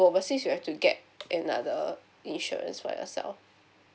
go overseas you have to get another insurance for yourself